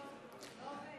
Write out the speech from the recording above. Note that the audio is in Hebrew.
נתקבלה.